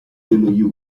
dello